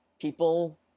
people